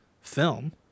film